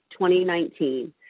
2019